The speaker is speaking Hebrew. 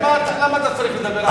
למה אתה צריך לדבר עליו?